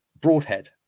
Broadhead